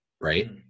right